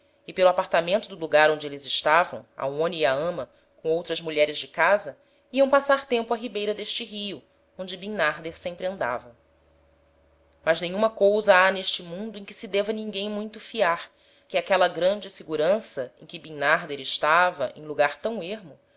e pelo apartamento do lugar onde êles estavam aonia e a ama com outras mulheres de casa iam passar tempo á ribeira d'este rio onde bimnarder sempre andava mas nenhuma cousa ha n'este mundo em que se deva ninguem muito fiar que aquela grande segurança em que bimnarder estava em lugar tam ermo